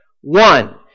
One